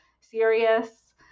serious